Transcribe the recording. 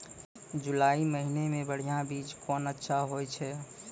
जुलाई महीने मे बढ़िया बीज कौन अच्छा होय छै?